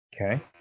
Okay